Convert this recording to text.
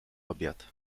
obiad